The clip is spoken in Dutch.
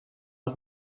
het